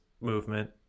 movement